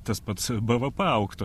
tas pats bvp augtų